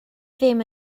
ddim